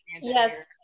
yes